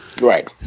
Right